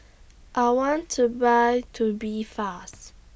I want to Buy Tubifast